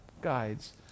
guides